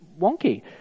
wonky